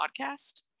podcast